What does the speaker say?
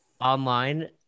online